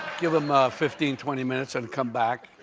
give him ah fifteen, twenty minutes, and come back.